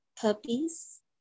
puppies